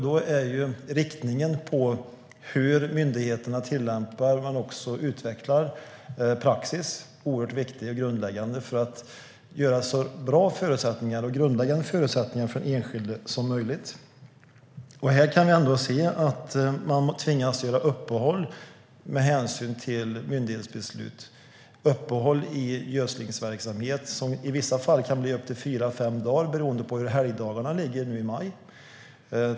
Då är inriktningen hos myndigheternas tillämpning och utveckling av praxis oerhört viktig och grundläggande för att få så bra och grundläggande förutsättningar för den enskilde som möjligt. Vi kan se att man med hänsyn till myndighetsbeslut tvingas göra uppehåll i gödslingsverksamhet, vilka i vissa fall kan bli upp till fyra fem dagar långa beroende på hur helgdagarna ligger nu i maj.